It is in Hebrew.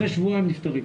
אחרי שבועיים נפטרים.